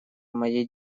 моей